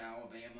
Alabama